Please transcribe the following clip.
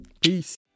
Peace